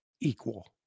equal